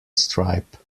stripe